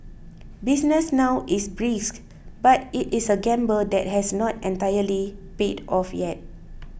business now is brisk but it is a gamble that has not entirely paid off yet